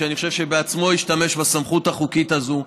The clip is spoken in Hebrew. שאני חושב שבעצמו השתמש בסמכות החוקית הזאת,